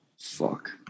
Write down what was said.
Fuck